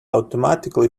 automatically